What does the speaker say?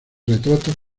retratos